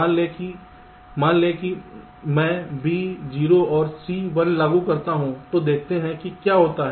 मान लें कि मान लें कि मैं B 0 और C 1 लागू करता हूं तो देखते हैं कि क्या होता है